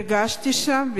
הרגשתי שם,